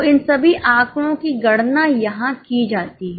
तो इन सभी आंकड़ों की गणना यहां की जाती है